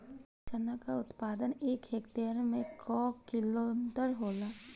चना क उत्पादन एक हेक्टेयर में कव क्विंटल होला?